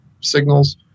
signals